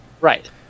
Right